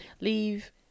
leave